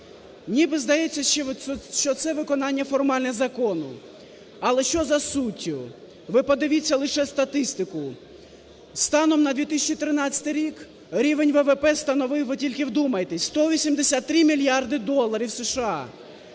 Ніби здається, що це виконання формальне закону, але що за суттю? Ви подивіться лише статистику. Станом на 2013 рік рівень ВВП становив, ви тільки вдумайтесь, 183 мільярди доларів США.